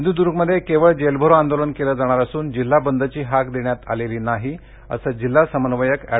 सिंध्र्दर्गमध्ये केवळ जेलभरो आंदोलन केलं जाणार असून जिल्हा बंदची हाक देण्यात आलेली नाही असं जिल्हा समन्वयक अँड